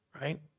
right